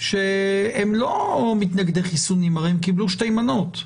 שהם לא מתנגדי חיסונים, הם הרי קיבלו שתי מנות.